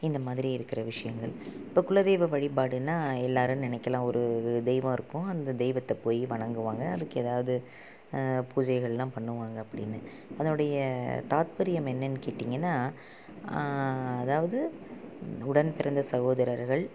இந்த மாதிரி இருக்கிற விஷயங்கள் இப்போ குலதெய்வ வழிபாடுனால் எல்லாேரும் நினைக்கலாம் ஒரு தெய்வம் இருக்கும் அந்த தெய்வத்தை போய் வணங்குவாங்க அதுக்கு ஏதாவது பூஜைகளெலாம் பண்ணுவாங்க அப்படின்னு அதனுடைய தாத்பரியம் என்னென்னு கேட்டீங்கன்னால் அதாவது உடன்பிறந்த சகோதரர்கள்